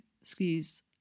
excuse